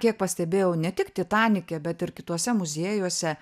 kiek pastebėjau ne tik titanike bet ir kituose muziejuose